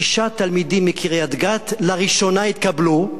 שישה תלמידים מקריית-גת לראשונה התקבלו.